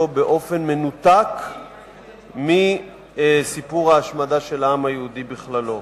באופן מנותק מסיפור ההשמדה של העם היהודי בכללו.